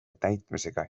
täitmisega